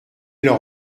leur